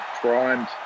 primed